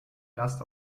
last